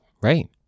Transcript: right